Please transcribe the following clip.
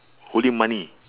holy money